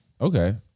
Okay